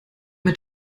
mit